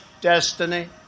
destiny